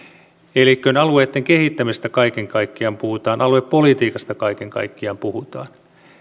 elikkä kun alueitten kehittämisestä kaiken kaikkiaan puhutaan aluepolitiikasta kaiken kaikkiaan puhutaan